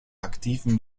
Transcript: aktiven